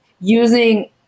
using